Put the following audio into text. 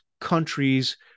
countries